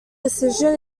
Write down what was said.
decision